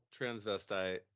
transvestite